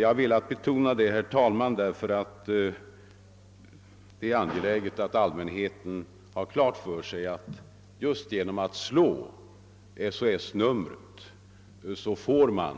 Jag har velat betona detta, herr talman, därför att det är angeläget att allmänheten har klart för sig att just genom att slå SOS-numret får man